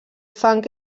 fang